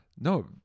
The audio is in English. No